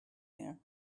there